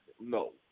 no